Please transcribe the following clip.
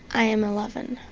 i am eleven.